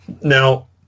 Now